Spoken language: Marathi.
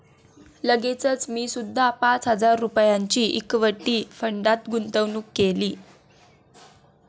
लगेचच मी सुद्धा पाच हजार रुपयांची इक्विटी फंडात गुंतवणूक केली